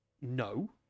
No